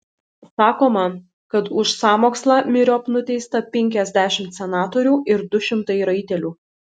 sakoma kad už sąmokslą myriop nuteista penkiasdešimt senatorių ir du šimtai raitelių